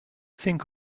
think